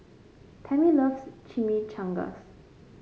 Tammie loves Chimichangas